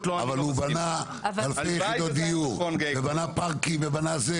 אבל הוא בנה אלפי יחידות דיור ובנה פארקים ובנה זה